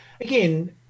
again